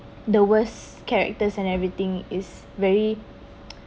the worst characters and everything is very